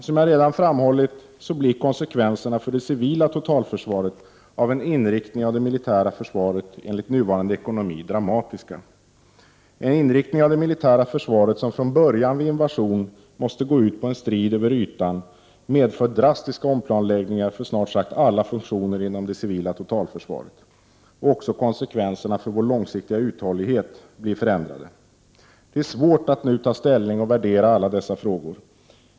Som jag redan har framhållit blir konsekvenserna för det civila totalförsvaret av en inriktning av det militära försvaret med nuvarande ekonomi dramatiska. En inriktning av det militära försvaret som från början vid invasion måste gå ut på en strid över stora ytor medför drastiska omplanläggningar för snart sagt alla funktioner inom det civila totalförsvaret. Konsekvenserna för vår långsiktiga uthållighet blir också förändrade. Det är svårt att nu ta ställning till och värdera alla dessa frågor.